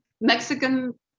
mexican